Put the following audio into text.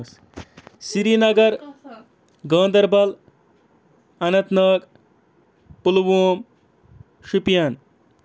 Srinagar Ganderbal Anantnag Pulwama Shopian